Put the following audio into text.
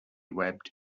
webbed